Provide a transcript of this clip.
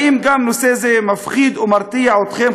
האם גם נושא זה מפחיד ומרתיע אתכם,